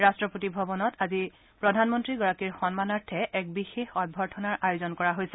ৰট্টপতি ভৱনত আজি প্ৰধানমন্ত্ৰীগৰাকীৰ সন্মানাৰ্থে এক বিশেষ অভ্যৰ্থনাৰ আয়োজন কৰা হৈছে